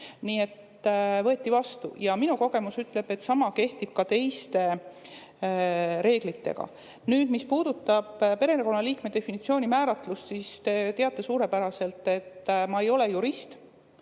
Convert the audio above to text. võeti vastu. Minu kogemus ütleb, et sama kehtib ka teiste reeglitega. Mis puudutab perekonnaliikme definitsiooni, määratlust, siis te teate suurepäraselt, et ma ei ole jurist.